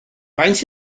faint